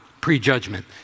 prejudgment